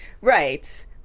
Right